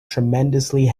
tremendously